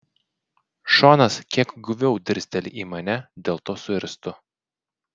šonas kiek guviau dirsteli į mane dėl to suirztu